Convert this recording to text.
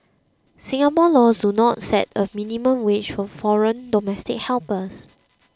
Singapore laws do not set a minimum wage for foreign domestic helpers